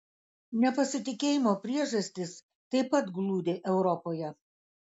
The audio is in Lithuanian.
nepasitikėjimo priežastys taip pat glūdi europoje